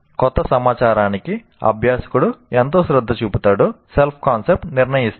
క్రొత్త సమాచారానికి అభ్యాసకుడు ఎంత శ్రద్ధ చూపుతాడో సెల్ఫ్ కాన్సెప్ట్ నిర్ణయిస్తుంది